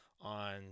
on